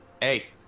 Hey